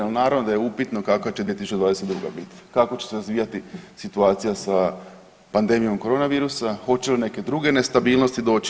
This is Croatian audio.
Ali naravno da je upitno kakva će 2022. biti, kako će se razvijati situacija sa pandemijom korona virusa, hoće li neke druge nestabilnosti doći.